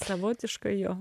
savotišką jo